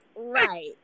Right